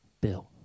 Bill